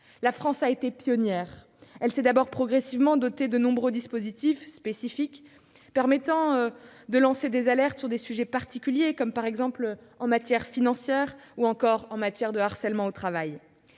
La France a été pionnière. Elle s'est d'abord progressivement dotée de nombreux dispositifs spécifiques permettant de lancer des alertes sur des sujets particuliers, par exemple en matière financière ou de harcèlement au travail.